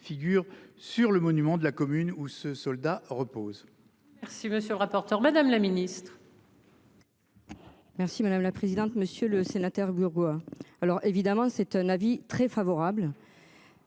figurent sur le monument de la commune où ce soldat repose. Merci monsieur le rapporteur. Madame la Ministre. Merci madame la présidente, monsieur le sénateur du roi, alors évidemment c'est un avis très favorable.